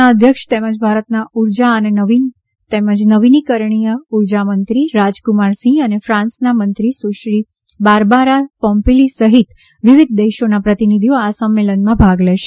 ના અધ્યક્ષ તેમજ ભારતના ઉર્જા અને નવીન તેમજ નવીનીકરણીય ઉર્જામંત્રી રાજકુમાર સિંહ અને ફાન્સના મંત્રી સુશ્રી બારબારા પોમ્પિલી સહિત વિવિધ દેશોના પ્રતિનિધિઓ આ સંમેલનમાં ભાગ લેશે